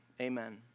amen